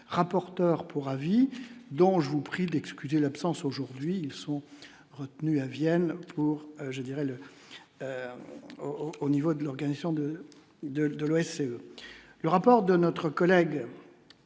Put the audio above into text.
rapporteur pour avis, donc je vous prie d'excuser l'absence, aujourd'hui ils sont retenus à Vienne pour je dirais le au niveau de l'organisation de de de l'OSCE, le rapport de notre collègue